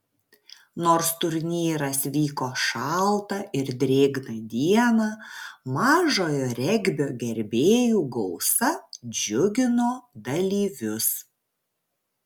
nors turnyras vyko šaltą ir drėgną dieną mažojo regbio gerbėjų gausa džiugino dalyvius